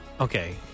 Okay